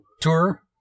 tour